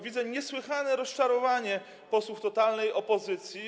Widzę niesłychane rozczarowanie posłów totalnej opozycji.